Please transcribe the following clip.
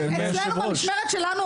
במשמרת שלנו,